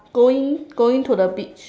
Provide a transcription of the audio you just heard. going going to the beach